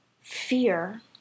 fear